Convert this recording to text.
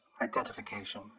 Identification